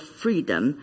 freedom